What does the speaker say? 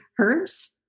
herbs